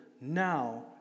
now